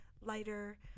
lighter